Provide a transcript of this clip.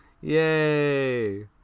Yay